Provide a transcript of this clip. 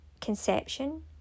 conception